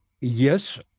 Yes